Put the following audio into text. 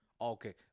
Okay